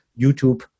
YouTube